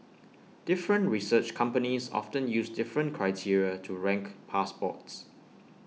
different research companies often use different criteria to rank passports